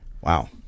Wow